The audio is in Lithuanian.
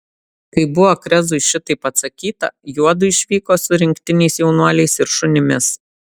kai buvo krezui šitaip atsakyta juodu išvyko su rinktiniais jaunuoliais ir šunimis